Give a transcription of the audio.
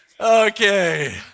Okay